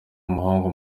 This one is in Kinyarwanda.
umuhungu